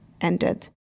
ended